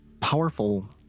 powerful